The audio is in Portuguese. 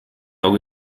algo